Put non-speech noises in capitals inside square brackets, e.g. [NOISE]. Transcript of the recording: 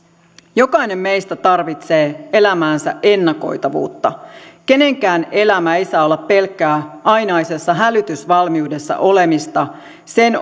jokainen meistä tarvitsee elämäänsä ennakoitavuutta kenenkään elämä ei saa olla pelkkää ainaisessa hälytysvalmiudessa olemista sen [UNINTELLIGIBLE]